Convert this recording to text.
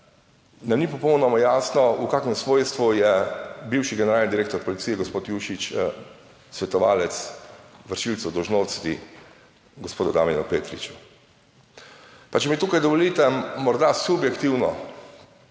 nam ni popolnoma jasno, v kakšnem svojstvu je bivši generalni direktor policije, gospod Jušić, svetovalec vršilcu dolžnosti gospodu Damjanu Petriču. Pa če mi tukaj dovolite morda subjektivno